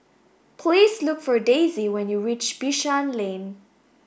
please look for Daisy when you reach Bishan Lane